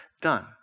done